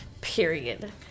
Period